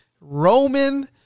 Roman